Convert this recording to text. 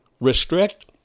restrict